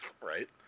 Right